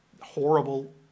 horrible